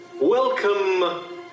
Welcome